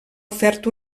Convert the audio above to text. ofert